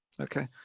Okay